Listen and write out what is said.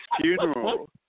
funeral